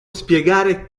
spiegare